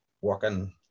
working